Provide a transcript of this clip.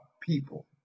people